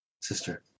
sister